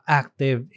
active